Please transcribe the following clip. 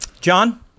john